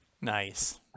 Nice